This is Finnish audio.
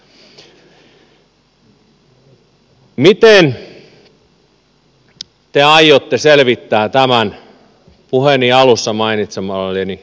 miten te aiotte selvittää tämän puheeni alussa mainitsemalleni veteraanipolvelle